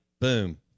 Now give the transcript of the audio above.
Boom